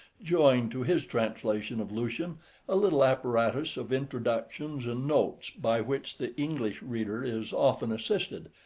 joined to his translation of lucian a little apparatus of introductions and notes by which the english reader is often assisted,